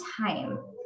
time